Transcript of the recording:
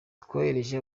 twohereje